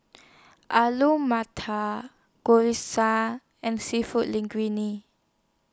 Alu Matar Gyoza and Seafood Linguine